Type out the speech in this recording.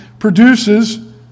produces